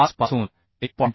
075 पासून 1